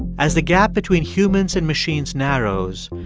as the gap between humans and machines narrows,